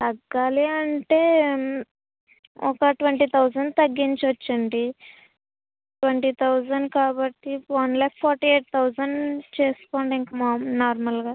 తగ్గాలి అంటే ఒక ట్వంటీ థౌసండ్ తగ్గించ వచ్చండి ట్వంటీ థౌసండ్ కాబట్టి one lakh forty eight thousand చేసుకోండి ఇంకా మామూ నార్మల్గా